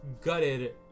gutted